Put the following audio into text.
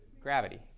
Gravity